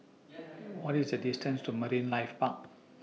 What IS The distance to Marine Life Park